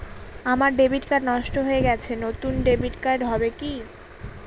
আমার debit card নষ্ট হয়ে গেছে নূতন ডেবিট কার্ড হবে কি?